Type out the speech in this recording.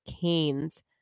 Canes